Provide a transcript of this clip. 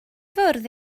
fwrdd